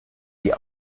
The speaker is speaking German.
die